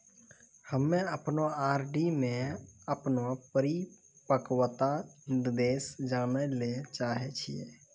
हम्मे अपनो आर.डी मे अपनो परिपक्वता निर्देश जानै ले चाहै छियै